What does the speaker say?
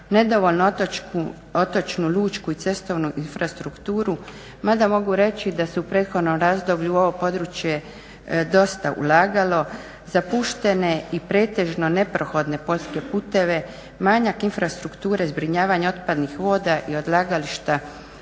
nedovoljnu otočnu, lučku i cestovnu infrastrukturu mada mogu reći da su u prethodnom razdoblju ovo područje dosta ulagalo. Zapuštene i pretežno neprohodne poljske puteve, manjak infrastrukture, zbrinjavanje otpadnih voda i odlagališta